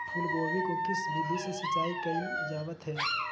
फूलगोभी को किस विधि से सिंचाई कईल जावत हैं?